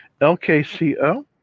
LKCO